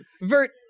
Vert